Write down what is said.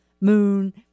Moon